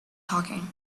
talking